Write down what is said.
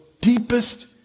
deepest